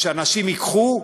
שאנשים ייקחו,